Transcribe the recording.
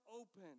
open